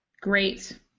Great